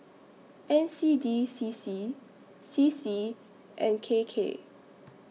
N C D C C C C and K K